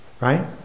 Right